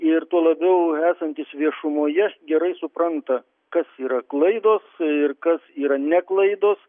ir tuo labiau esantys viešumoje gerai supranta kas yra klaidos ir kas yra ne klaidos